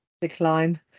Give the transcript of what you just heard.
decline